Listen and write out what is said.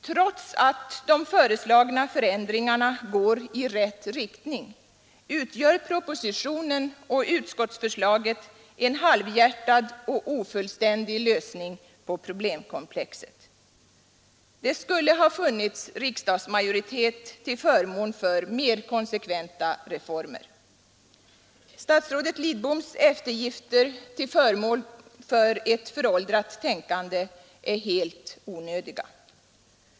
Trots att de föreslagna förändringarna går i rätt riktning utgör propositionen och utskottsförslaget en halvhjärtad och ofullständig lösning på problemkomplexet. Det skulle ha funnits riksdagsmajoritet till förmån för mer konsekventa reformer. Statsrådet Lidboms eftergifter till förmån för ett föråldrat tänkande är helt onödiga.